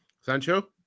Sancho